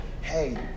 Hey